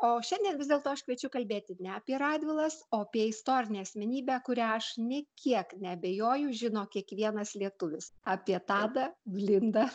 o šiandien vis dėlto aš kviečiu kalbėti ne apie radvilas o apie istorinę asmenybę kurią aš nei kiek neabejoju žino kiekvienas lietuvis apie tadą blindą